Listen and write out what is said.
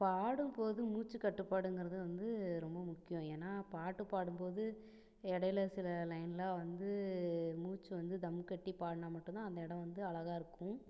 பாடும் போது மூச்சு கட்டுப்பாடுங்கிறது வந்து ரொம்பவும் முக்கியம் ஏன்னால் பாட்டு பாடும்போது இடையில சில லைன்லாம் வந்து மூச்சு வந்து தம் கட்டி பாடுனால் மட்டம் தான் அந்த இடோம் வந்து அழகாக இருக்கும்